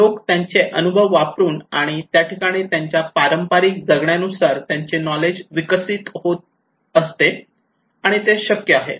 लोक त्यांचे अनुभव वापरून आणि त्या ठिकाणी त्यांच्या पारंपारिक जगण्यानुसार त्यांचे नॉलेज विकसित होत असते आणि ते शक्य आहे